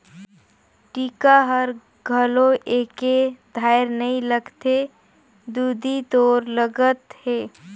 टीका हर घलो एके धार नइ लगथे दुदि तोर लगत हे